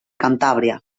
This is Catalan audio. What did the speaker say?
cantàbria